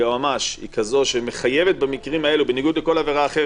שם הם מנהלים את כל הטענות שלהם,